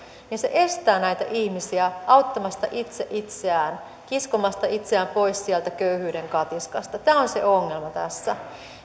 niin se estää näitä ihmisiä auttamasta itse itseään kiskomasta itseään pois sieltä köyhyyden katiskasta tämä on se ongelma tässä